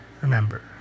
Remember